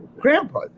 grandpa